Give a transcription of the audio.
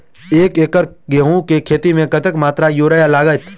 एक एकड़ गेंहूँ केँ खेती मे कतेक मात्रा मे यूरिया लागतै?